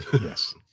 Yes